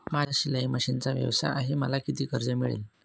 माझा शिलाई मशिनचा व्यवसाय आहे मला किती कर्ज मिळेल?